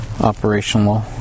operational